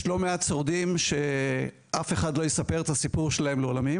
יש לא מעט שורדים שאף אחד לא יספר את הסיפור שלהם לעולם,